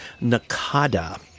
Nakada